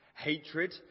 Hatred